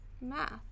math